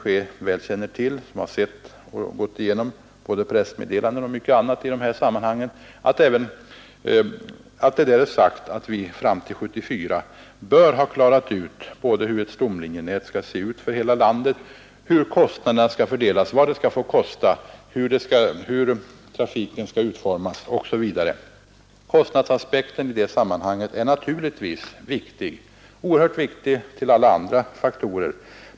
Herr Mattsson i Skee, som har gått igenom pressmeddelanden och mycket annat i dessa sammanhang, känner väl till att det är sagt att vi fram till 1974 bör ha klarat ut hur ett stomlinjenät skall se ut för hela landet, hur kostnaderna skall fördelas, vad det skall få kosta, hur trafiken skall utformas osv. Kostnadsaspekten är naturligtvis viktig tillsammans med alla andra faktorer.